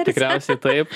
tikriausiai taip